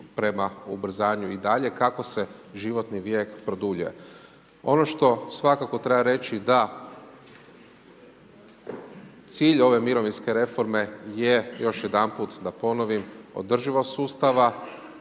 prema ubrzanju i dalje kako se životni vijek produljuje. Ono što svakako treba reći da cilj ove mirovinske reforme je, još jedanput da ponovim, održivost sustava,